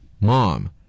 mom